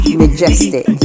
majestic